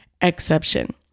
exception